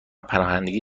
پناهندگی